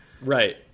Right